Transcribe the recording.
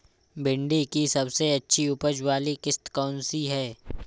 भिंडी की सबसे अच्छी उपज वाली किश्त कौन सी है?